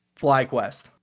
FlyQuest